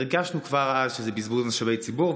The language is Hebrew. הרגשנו כבר אז שזה בזבוז משאבי ציבור,